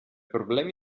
problemi